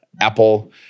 Apple